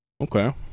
Okay